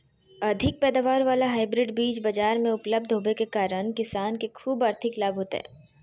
अधिक पैदावार वाला हाइब्रिड बीज बाजार मे उपलब्ध होबे के कारण किसान के ख़ूब आर्थिक लाभ होतय